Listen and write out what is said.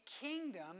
kingdom